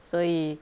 所以